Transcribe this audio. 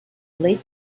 late